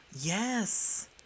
Yes